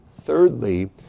thirdly